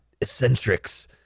eccentrics